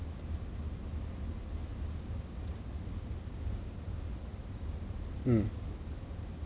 mm